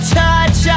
touch